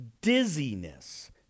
dizziness